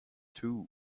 two